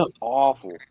awful